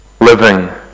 Living